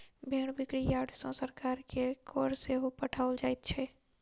भेंड़ बिक्री यार्ड सॅ सरकार के कर सेहो पठाओल जाइत छै